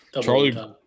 Charlie